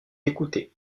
écouté